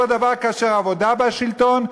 הוא הדבר כאשר העבודה בשלטון,